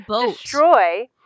destroy